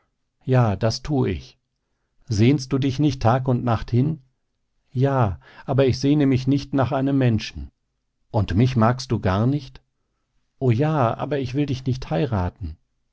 ja das tu ich sehnst du dich nicht tag und nacht hin ja aber ich sehne mich nicht nach einem menschen und mich magst du gar nicht o ja aber ich will dich nicht heiraten